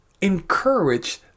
Encourage